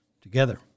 Together